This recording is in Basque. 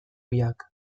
biak